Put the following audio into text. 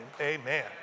Amen